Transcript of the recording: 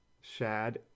Shad